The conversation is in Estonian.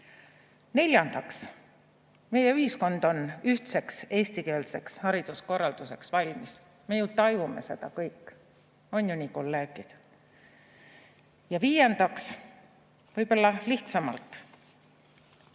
Neljandaks, meie ühiskond on ühtseks eestikeelseks hariduskorralduseks valmis. Me ju tajume seda kõik. On ju nii, kolleegid? Viiendaks, võib-olla lihtsamalt: